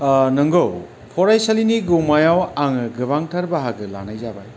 नोंगौ फरायसालिनि गौमायाव आंङो गोबांथार बाहागो लानाय जाबाय